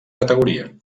categoria